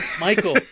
michael